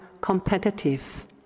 competitive